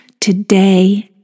today